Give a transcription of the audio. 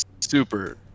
super